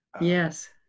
Yes